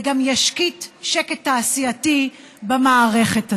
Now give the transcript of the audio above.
וגם ישליט שקט תעשייתי במערכת הזאת.